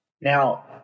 now